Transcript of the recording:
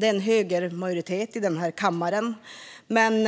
Det är en högermajoritet i den här kammaren. Men